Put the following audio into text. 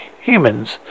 humans